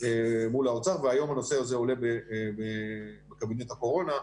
מול האוצר והיום הנושא הזה עולה בקבינט הקורונה,